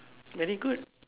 very good